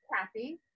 Kathy